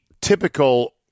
typical